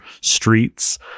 streets